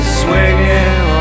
swinging